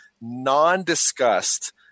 non-discussed